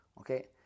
Okay